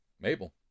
Mabel